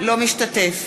אינו משתתף